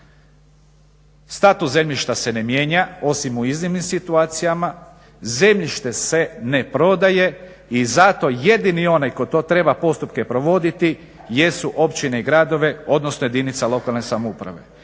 status zemljišta se ne mijenja osim u iznimnim situacijama, zemljište se ne prodaje i zato jedini onaj tko to treba postupke provoditi jesu općine i gradovi odnosno jedinica lokalne samouprave.